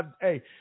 hey